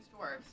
dwarves